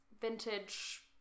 vintage